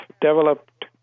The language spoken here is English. developed